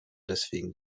deswegen